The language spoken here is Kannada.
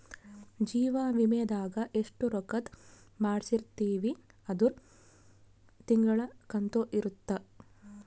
ಜೀವ ವಿಮೆದಾಗ ಎಸ್ಟ ರೊಕ್ಕಧ್ ಮಾಡ್ಸಿರ್ತಿವಿ ಅದುರ್ ತಿಂಗಳ ಕಂತು ಇರುತ್ತ